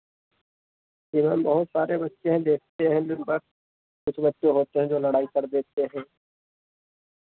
जी ma'am बहुत सारे बच्चे हैं देखते हैं दिन भर कुछ ऐसे बच्चे हैं जो लड़ाई कर देते हैं